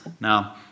Now